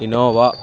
Innova